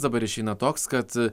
dabar išeina toks kad